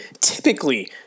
Typically